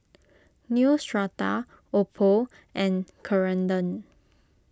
Neostrata Oppo and Ceradan